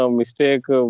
mistake